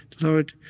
Lord